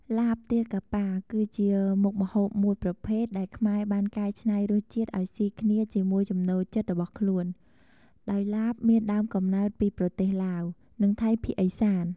ឡាបទាកាប៉ា គឺជាមុខម្ហូបមួយប្រភេទដែលខ្មែរបានកែច្នៃរសជាតិឱ្យស៊ីគ្នាជាមួយចំណូលចិត្តរបស់ខ្លួន ដោយឡាបមានដើមកំណើតពីប្រទេសឡាវ និងថៃភាគឦសាន។